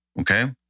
okay